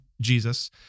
Jesus